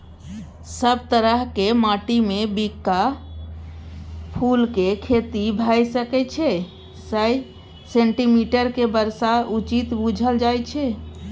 सब तरहक माटिमे बिंका फुलक खेती भए सकै छै सय सेंटीमीटरक बर्षा उचित बुझल जाइ छै